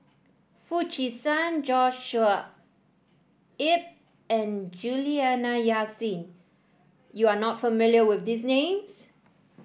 Foo Chee San Joshua Ip and Juliana Yasin you are not familiar with these names